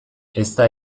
ezta